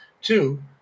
two